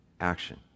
action